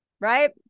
right